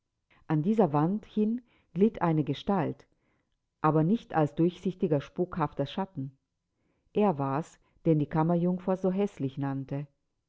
an dieser wand hin glitt eine gestalt aber nicht als durchsichtiger spukhafter schatten er war's den die kammerjungfer so häßlich nannte